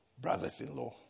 brothers-in-law